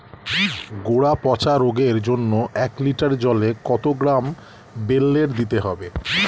গোড়া পচা রোগের জন্য এক লিটার জলে কত গ্রাম বেল্লের দিতে হবে?